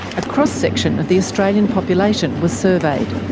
a cross-section of the australian population was surveyed,